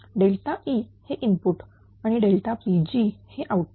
E हे input आणि Pg हे आउटपुट